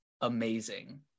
amazing